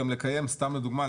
סתם לדוגמה,